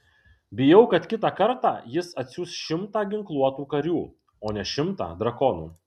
bijau kad kitą kartą jis atsiųs šimtą ginkluotų karių o ne šimtą drakonų